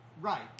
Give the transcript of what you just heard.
Right